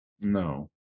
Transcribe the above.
No